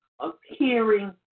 appearing